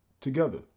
together